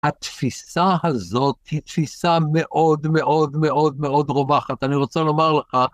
התפיסה הזאת היא תפיסה מאוד מאוד מאוד מאוד רווחת, אני רוצה לומר לך